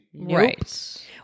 Right